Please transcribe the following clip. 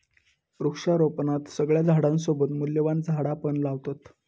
वृक्षारोपणात सगळ्या झाडांसोबत मूल्यवान झाडा पण लावतत